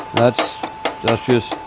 that's that's just